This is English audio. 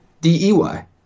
D-E-Y